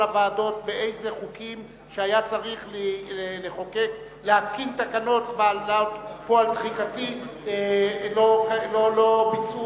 הוועדות באיזה חוקים שהיה צריך להתקין תקנות כפועל תחיקתי לא ביצעו,